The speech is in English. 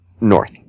North